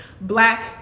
black